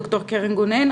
ד"ר קרן גונן,